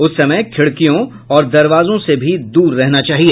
उस समय खिड़कियों और दरवाजोंसे भी दूर रहना चाहिए